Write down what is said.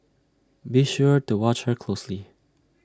be sure to watch her closely